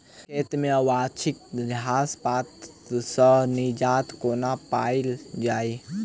खेत मे अवांछित घास पात सऽ निजात कोना पाइल जाइ?